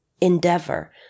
endeavor